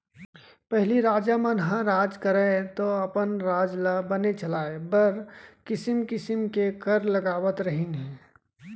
पहिली राजा मन ह राज करयँ तौ अपन राज ल बने चलाय बर किसिम किसिम के कर लगावत रहिन हें